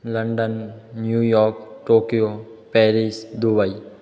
London New York Tokyo Paris Dubai